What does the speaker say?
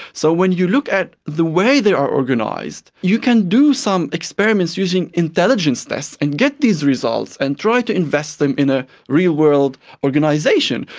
so when you look at the way they are organised you can do some experiments using intelligence tests and get these results and try to invest them in a real-world organisation.